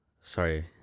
Sorry